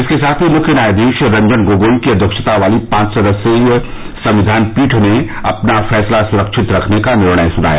इसके साथ ही मुख्य न्यायाधीश रंजन गोगोई की अध्यक्षता वाली पांच सदस्यीय संविधान पीठ ने अपना फैसला सुरक्षित रखने का निर्णय सुनाया